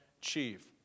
chief